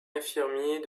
infirmiers